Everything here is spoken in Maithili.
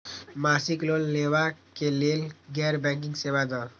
मासिक लोन लैवा कै लैल गैर बैंकिंग सेवा द?